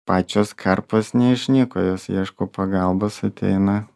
pačios karpos neišnyko jos ieško pagalbos ateina